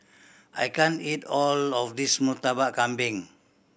I can't eat all of this Murtabak Kambing